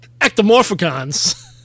ectomorphicons